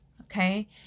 okay